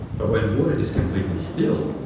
but when water is completely still,